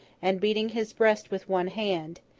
and beating his breast with one hand,